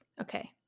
Okay